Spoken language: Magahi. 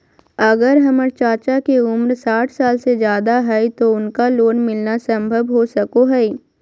अगर हमर चाचा के उम्र साठ साल से जादे हइ तो उनका लोन मिलना संभव हो सको हइ?